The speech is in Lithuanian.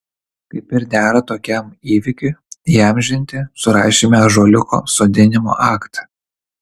kaip ir dera tokiam įvykiui įamžinti surašėme ąžuoliuko sodinimo aktą